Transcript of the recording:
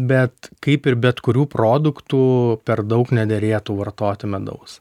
bet kaip ir bet kurių produktų per daug nederėtų vartoti medaus